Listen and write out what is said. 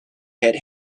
had